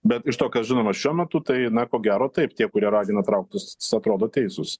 bet iš to kas žinoma šiuo metu tai na ko gero taip tie kurie ragina trauktis atrodo teisūs